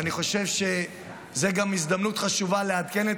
אני חושב שזו גם הזדמנות חשובה לעדכן את